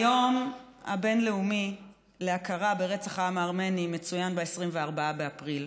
היום הבין-לאומי להכרה ברצח העם הארמני מצוין ב-24 באפריל.